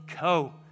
go